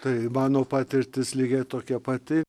tai mano patirtis lygiai tokia pati